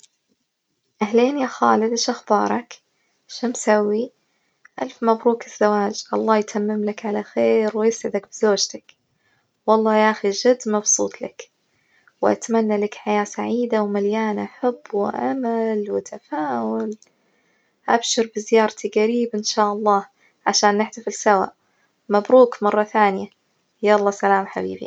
أهلين يا خالد، إيش أخبارك؟ شو مسوي، ألف مبروك الزواج، الله يتمملك على خير ويسعدك بزوجتك، والله يا أخي جد مبسوط لك، وأتمنى لك حياة سعيدة ومليانة حب وأمل وتفاؤل، أبشر بزيارتي جريب إن شاء الله عشان نحتفل سوا، مبروك مرة ثانية يلا سلام حبيبي.